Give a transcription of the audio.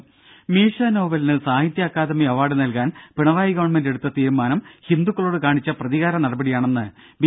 രുര മീശ നോവലിന് സാഹിത്യ അക്കാദമി അവാർഡ് നൽകാൻ പിണറായി ഗവൺമെന്റ് എടുത്ത തീരുമാനം ഹിന്ദുക്കളോട് കാണിച്ച പ്രതികാര നടപടിയാണെന്ന് ബി